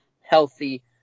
healthy